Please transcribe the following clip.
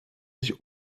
sich